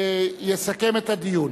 יסכם את הדיון.